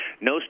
no